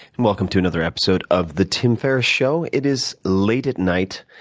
and welcome to another episode of the tim ferriss show. it is late at night.